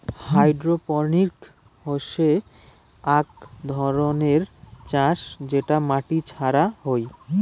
hydroponics হসে আক ধরণের চাষ যেটা মাটি ছাড়া হই